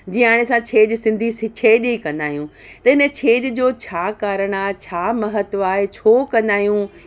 जीअं हाणे असां छेॼ सिंधी सि छेॼ ई कंदा आहियूं त इन छेॼ जो छा कारणि आहे छा महत्व आहे छो कंदा आहियूं